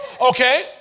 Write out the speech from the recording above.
Okay